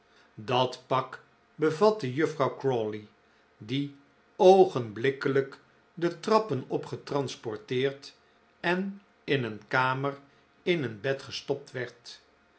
dat pak bevatte juffrouw crawley die oogenblikkelijk de trappen op getransporteerd en in een kamer in een bed gestopt werd